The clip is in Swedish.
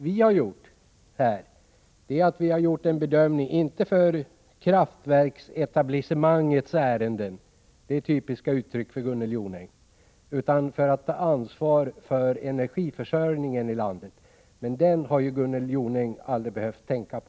Vi har gjort vår bedömning inte för att gå kraftverksetablissemangets ärenden — det är ett typiskt uttryck för Gunnel Jonäng — utan för att ta ansvar för energiförsörjningen i landet. Men den har Gunnel Jonäng aldrig behövt tänka på.